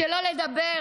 שלא לדבר